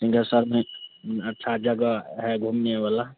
सिंहेश्वर में अच्छा जगह है घूमने वाला